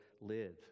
live